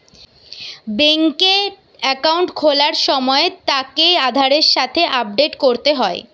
বেংকে একাউন্ট খোলার সময় তাকে আধারের সাথে আপডেট করতে হয়